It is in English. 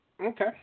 Okay